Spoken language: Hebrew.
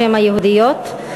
בשם היהודיות,